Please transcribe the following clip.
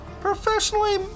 Professionally